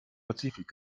pazifik